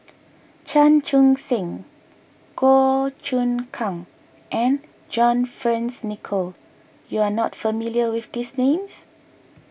Chan Chun Sing Goh Choon Kang and John Fearns Nicoll you are not familiar with these names